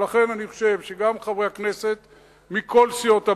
ולכן אני חושב שגם חברי הכנסת מכל סיעות הבית,